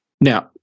Now